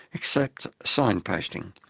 except signposting,